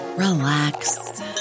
Relax